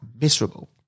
miserable